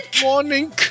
Morning